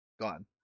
gone